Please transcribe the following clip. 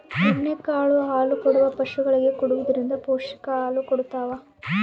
ಎಣ್ಣೆ ಕಾಳು ಹಾಲುಕೊಡುವ ಪಶುಗಳಿಗೆ ಕೊಡುವುದರಿಂದ ಪೌಷ್ಟಿಕ ಹಾಲು ಕೊಡತಾವ